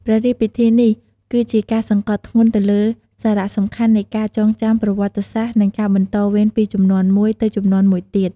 ព្រះរាជពិធីនេះគឺជាការសង្កត់ធ្ងន់ទៅលើសារៈសំខាន់នៃការចងចាំប្រវត្តិសាស្រ្ត និងការបន្តវេនពីជំនាន់មួយទៅជំនាន់មួយទៀត។